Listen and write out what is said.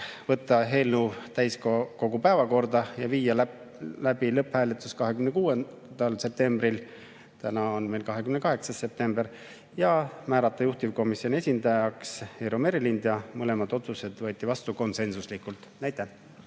võtta eelnõu täiskogu päevakorda ja viia läbi lõpphääletus 26. septembril – täna on meil 28. september – ning määrata juhtivkomisjoni esindajaks Eero Merilind. Mõlemad otsused võeti vastu konsensuslikult. Aitäh!